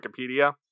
Wikipedia